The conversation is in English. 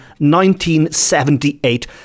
1978